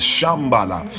Shambala